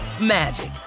magic